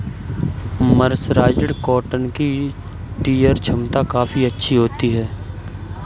mercerised cotton की tear छमता काफी अच्छी होती है